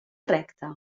recte